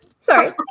sorry